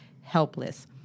helpless